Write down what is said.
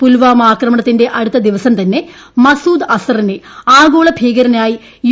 പുൽവാമ ആക്രമണത്തിന്റെ അടുത്ത ദിവസം തന്നെ മസൂദ് അസറിനെ ആഗോള ഭീകരനായി യു